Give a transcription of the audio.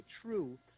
true